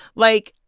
like,